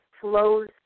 flows